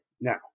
now